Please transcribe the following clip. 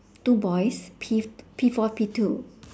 two boys P P four P two